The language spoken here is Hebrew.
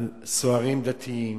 על סוהרים דתיים,